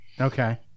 Okay